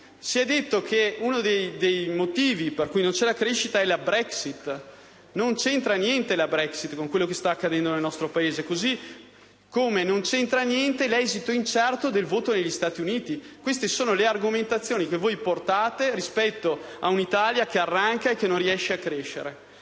Si è detto che uno dei motivi per cui non c'è crescita è la Brexit. Non c'entra niente con ciò che sta accadendo nel nostro Paese, come non c'entra alcunché l'esito incerto del voto negli Stati Uniti. Queste sono le argomentazioni che portate rispetto ad un'Italia che arranca e non riesce a crescere.